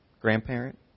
grandparent